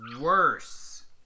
worse